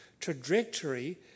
trajectory